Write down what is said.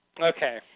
Okay